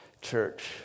church